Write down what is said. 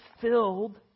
filled